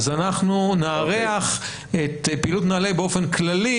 אז אנחנו נארח את פעילות נעל"ה באופן כללי